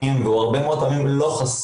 פרופסורים ודוקטורים מתחומי החינוך,